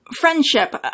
Friendship